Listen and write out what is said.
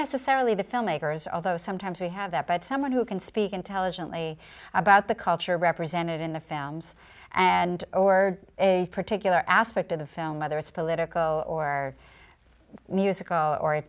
necessarily the filmmakers although sometimes we have that but someone who can speak intelligently about the culture represented in the films and or a particular aspect of the film whether it's a political or musical or